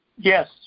Yes